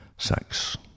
Sex